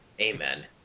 Amen